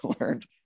learned